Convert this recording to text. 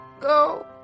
Go